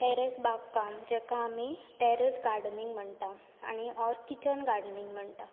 terrace बागकाम जाका आमी टेरॅस गार्डनींग म्हणटात ओर किचन गार्डनींग म्हणटा